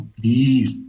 please